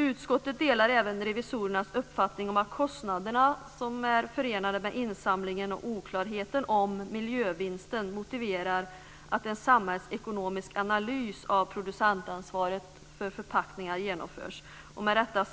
Utskottet delar även revisorernas uppfattning om att kostnaderna som är förenade med insamlingen och oklarheterna om miljövinsten motiverar att en samhällsekonomisk analys av producentansvaret för förpackningar genomförs och att man med detta